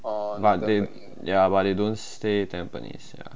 but they ya but they don't stay tampines